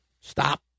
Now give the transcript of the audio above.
stop